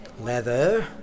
Leather